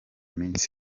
iminsi